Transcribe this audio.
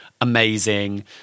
amazing